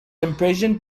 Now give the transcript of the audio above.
imprisoned